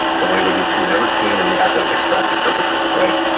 some languages we've never seen and we have to extract it perfectly, right?